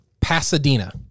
Pasadena